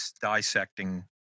dissecting